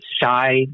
shy